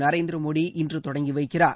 நரேந்திர மோடி இன்று தொடங்கி வைக்கிறார்